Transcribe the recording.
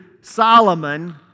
Solomon